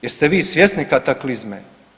Jeste vi svjesni kataklizme?